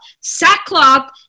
Sackcloth